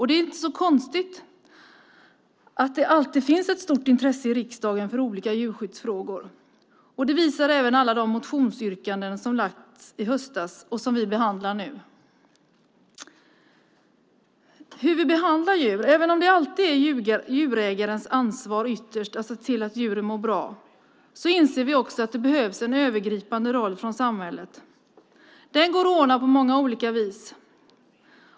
Det är inte så konstigt att det alltid finns ett stort intresse i riksdagen för olika djurskyddsfrågor. Det visar även alla de motionsyrkanden som lades fram i höstas och som vi nu behandlar. Även om det ytterst alltid är djurägarens ansvar att se till att djuren mår bra inser vi att det behövs en övergripande roll från samhället. Den går att ordna på många vis.